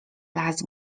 las